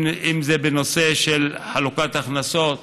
אם זה בנושא של חלוקת הכנסות,